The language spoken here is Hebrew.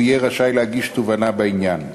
הוא יהיה רשאי להגיש תובענה בעניין.